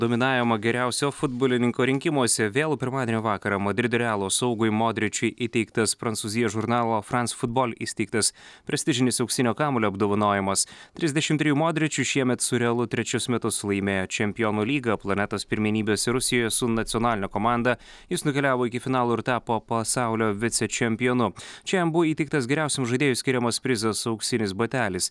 dominavimą geriausio futbolininko rinkimuose vėlų pirmadienio vakarą madrido realo saugui modrečiui įteiktas prancūzijos žurnalo franc futbol įsteigtas prestižinis auksinio kamuolio apdovanojimas trisdešimt trejų modričius šiemet su realu trečius metus laimėjo čempionų lygą planetos pirmenybėse rusijoje su nacionaline komanda jis nukeliavo iki finalo ir tapo pasaulio vicečempionu čia jam buvo įteiktas geriausiam žaidėjui skiriamas prizas auksinis batelis